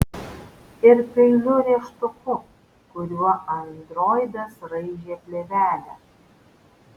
ir peiliu rėžtuku kuriuo androidas raižė plėvelę